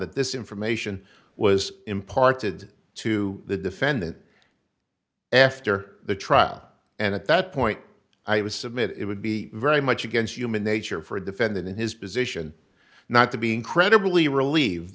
that this information was imparted to the defendant after the trial and at that point i was submit it would be very much against human nature for a defendant in his position not to be incredibly relieved